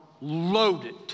loaded